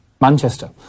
Manchester